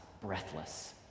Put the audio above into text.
breathless